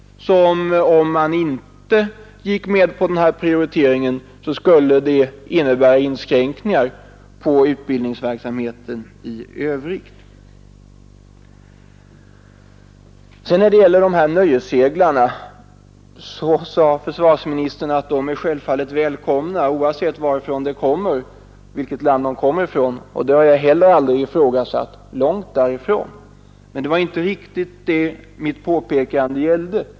Om man inte hade gått med på denna prioritering, skulle det 93 ha inneburit inskränkningar på utbildningsverksamheten eller materielanskaffningen. När det gäller nöjesseglarna sade försvarsministern att de självfallet är välkomna, oavsett vilket land de kommer ifrån. Det har jag heller aldrig ifrågasatt — långt därifrån. Det var emellertid inte riktigt det mitt påpekande gällde.